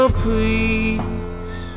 please